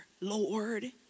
lord